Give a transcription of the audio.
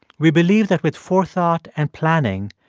we believe that, with forethought and planning,